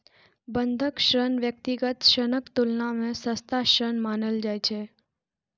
बंधक ऋण व्यक्तिगत ऋणक तुलना मे सस्ता ऋण मानल जाइ छै